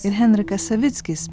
ir henrikas savickis